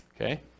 Okay